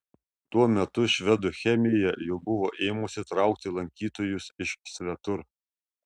tuo metu švedų chemija jau buvo ėmusi traukti lankytojus iš svetur